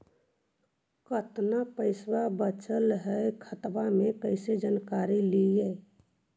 कतना पैसा बचल है खाता मे कैसे जानकारी ली?